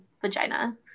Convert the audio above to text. vagina